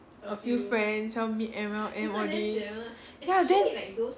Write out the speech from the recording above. a few friends sell me M_L_M all these ya then